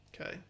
Okay